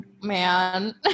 man